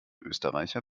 österreicher